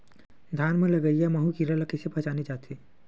धान म लगईया माहु कीरा ल कइसे पहचाने जाथे?